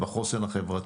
בחוסן החברתי.